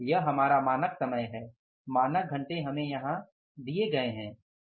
यह हमारा मानक समय है मानक घंटे हमें यहां दिए गए हैं